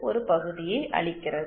ஒரு பகுதியை அளிக்கிறது